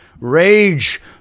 Rage